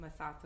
Masato